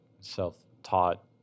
self-taught